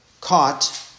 caught